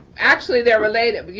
actually they're related,